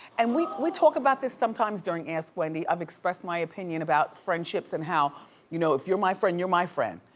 and we we talk about this sometimes during ask wendy, i've expressed my opinion about friendships and how you know if you're my friend, you're my friend.